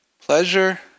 Pleasure